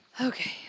Okay